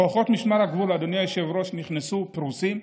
כוחות משמר הגבול נכנסו והם פרוסים.